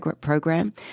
program